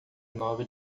nova